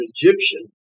Egyptian